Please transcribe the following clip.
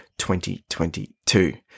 2022